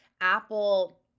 Apple